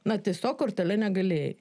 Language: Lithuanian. na tiesiog kortele negalėjai